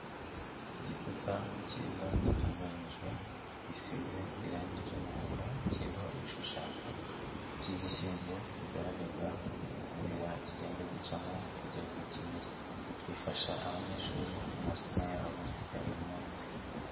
Igikuta kiza gitunganyijwe gisize irangi ry'umuhondo, kiriho ibishushanyo by'igishyimbo bigaragaza inzira kigenda gicamo kugira ngo kimere, bifasha abanyeshuri mu masomo yabo ya buri munsi.